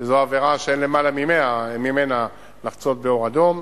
שזו עבירה שאין למעלה ממנה לחצות באור אדום,